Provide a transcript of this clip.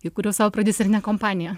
įkūriau savo prodiuserinę kompaniją